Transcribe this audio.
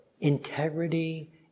integrity